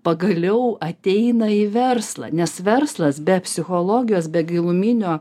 pagaliau ateina į verslą nes verslas be psichologijos be giluminio